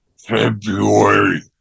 February